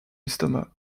l’estomac